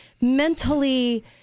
mentally